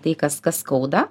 tai kas kas skauda